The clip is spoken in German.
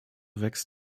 wächst